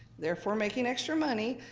therefore making extra money.